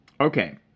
okay